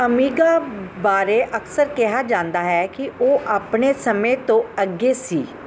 Amiga ਬਾਰੇ ਅਕਸਰ ਕਿਹਾ ਜਾਂਦਾ ਹੈ ਕਿ ਉਹ ਆਪਣੇ ਸਮੇਂ ਤੋਂ ਅੱਗੇ ਸੀ